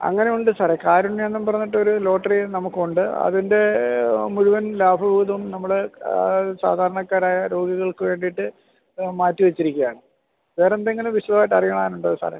അങ്ങനെ ഉണ്ട് സാറെ കാരുണ്യയെന്നും പറഞ്ഞിട്ട് ഒരു ലോട്ടറി നമുക്കൊണ്ട് അതിൻ്റെ മുഴുവൻ ലാഭവിഹിതവും നമ്മൾ സാധാരണക്കാരായ രോഗികൾക്ക് വേണ്ടിയിട്ട് മാറ്റി വച്ചിരിക്കുകയാണ് വേറെയെന്തെങ്കിലും വിശദമായിട്ട് അറിയാനുണ്ടോ സാറേ